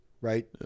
right